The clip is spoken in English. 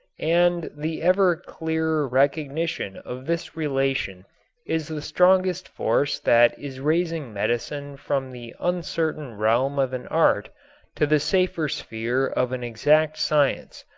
and the ever clearer recognition of this relation is the strongest force that is raising medicine from the uncertain realm of an art to the safer sphere of an exact science.